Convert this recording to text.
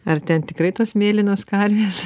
ar ten tikrai tos mėlynos karvės